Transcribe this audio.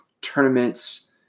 tournaments